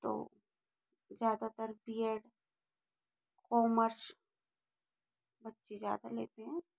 तो ज़्यादातर BEd commerce बच्चे ज़्यादा लेते है